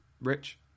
Rich